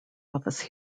office